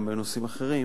גם בנושאים אחרים.